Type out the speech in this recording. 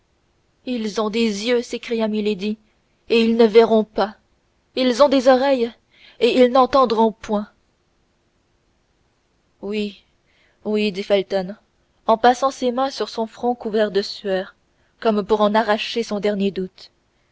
ils ont des yeux s'écria milady et ils ne verront pas ils ont des oreilles et ils n'entendront point oui oui dit felton en passant ses mains sur son front couvert de sueur comme pour en arracher son dernier doute